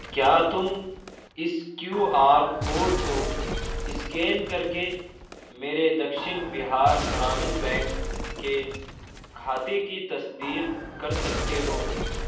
کیا تم اس کیو آر کوڈ کو اسکین کر کے میرے دکشن بہار گرامین بینک کے کھاتے کی تصدیق کر سکتے ہو